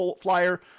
flyer